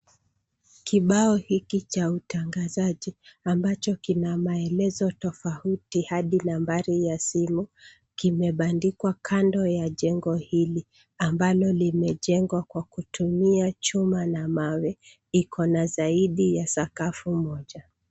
Kibao hiki cha utangazaji, ambacho kina maelezo tofauti hadi nambari ya simu, kimebandikwa kando ya jengo hili, ambalo limejengwa kwa kutumia chuma na mawe. Iko na zaidi ya sakafu moja.